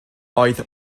oedd